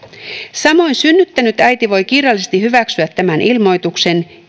samoin synnyttänyt äiti voi kirjallisesti hyväksyä tämän ilmoituksen